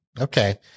Okay